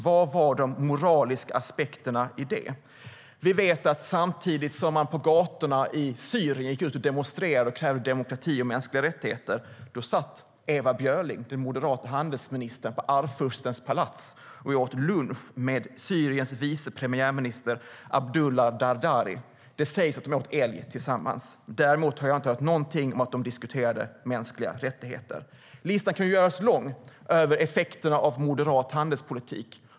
Vilka var de moraliska aspekterna av det? Samtidigt som man på gatorna i Syrien gick ut och demonstrerade och krävde demokrati och mänskliga rättigheter satt Ewa Björling, den moderata handelsministern, på Arvfurstens palats och åt lunch med Syriens vice premiärminister Abdullah Dardari. Det sägs att de åt älg tillsammans. Däremot har jag inte hört någonting om att de skulle ha diskuterat mänskliga rättigheter. Listan kan göras lång över effekterna av moderat handelspolitik.